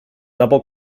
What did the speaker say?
double